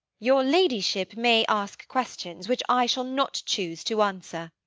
your ladyship may ask questions which i shall not choose to answer.